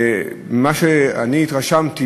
ממה שאני התרשמתי,